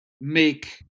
make